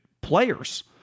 players